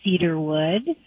cedarwood